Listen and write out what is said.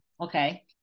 Okay